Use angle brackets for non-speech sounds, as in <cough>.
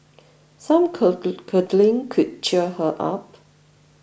some <unintelligible> cuddling could cheer her up